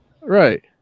Right